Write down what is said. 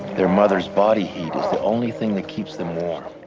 their mother's body heat is the only thing that keeps them warm.